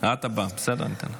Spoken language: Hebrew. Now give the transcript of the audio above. (אומרת בערבית: